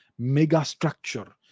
megastructure